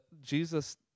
Jesus